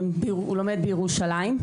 הוא לומד בירושלים,